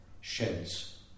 sheds